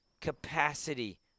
capacity